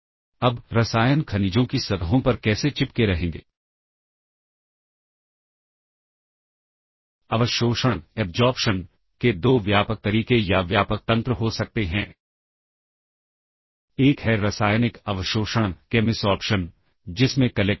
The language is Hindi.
तो अगर हम एक सब रूटीन की बात करें तो इस पार्ट को हम काफी हद तक बचा सकते हैं और प्रोग्राम को छोटा कर सकते हैं खासतौर पर एक माइक्रोप्रोसेसर बेस्ड सिस्टम के अंदर